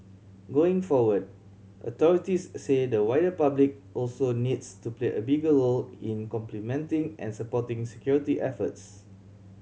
going forward authorities say the wider public also needs to play a bigger role in complementing and supporting security efforts